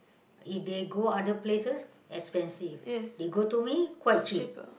if they go other places expensive they go to me quite cheap